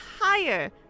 higher